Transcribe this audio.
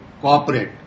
cooperate